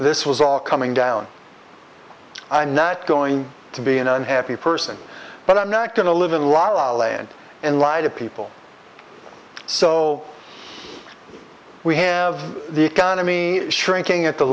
this was all coming down i'm not going to be an unhappy person but i'm not going to live in la la land in light of people so we have the economy shrinking at the